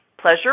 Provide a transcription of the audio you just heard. Pleasure